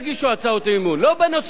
לא בנושאים שהממשלה פעלה.